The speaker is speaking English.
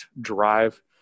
drive